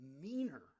meaner